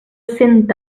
cent